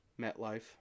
MetLife